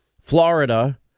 Florida